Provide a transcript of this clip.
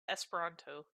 esperanto